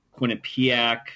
Quinnipiac